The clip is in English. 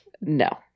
No